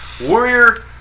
Warrior